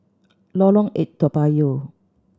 Lorong Eight Toa Payoh